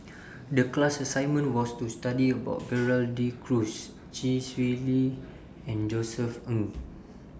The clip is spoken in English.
The class assignment was to study about Gerald De Cruz Chee Swee Lee and Josef Ng